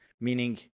Meaning